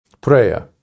prayer